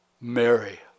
Mary